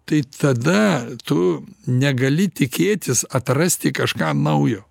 tai tada tu negali tikėtis atrasti kažką naujo